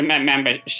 membership